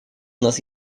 нас